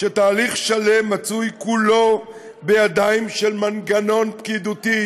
שתהליך שלם מצוי כולו בידיים של מנגנון פקידותי